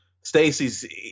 Stacey's